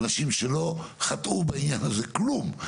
אנשים שלא חטאו בעניין הזה כלום.